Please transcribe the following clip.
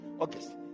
August